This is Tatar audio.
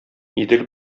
идел